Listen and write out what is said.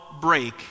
break